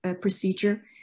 procedure